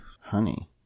Honey